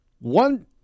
One